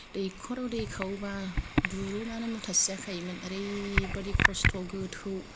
दैखराव दै खावबा दुरुंआनो मुथासे जाखायोमोन ओरैबादि खस्त' गोथौ